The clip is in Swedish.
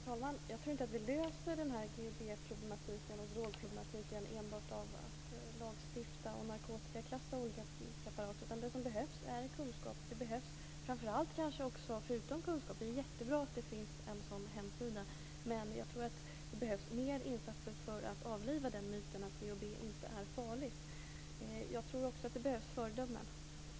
Herr talman! Jag tror inte att vi löser GHB problemen och drogproblemen enbart genom att lagstifta och narkotikaklassa olika preparat. Det som behövs är kunskap. Det är jättebra att det finns en hemsida, men det behövs fler insatser för att avliva myten att GHB inte är farligt. Jag tror också att det behövs föredömen.